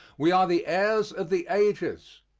we are the heirs of the ages,